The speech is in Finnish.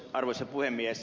arvoisa puhemies